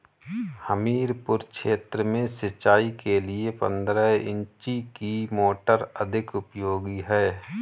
हमीरपुर क्षेत्र में सिंचाई के लिए पंद्रह इंची की मोटर अधिक उपयोगी है?